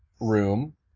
room